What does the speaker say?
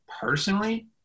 personally –